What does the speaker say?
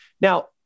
Now